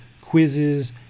quizzes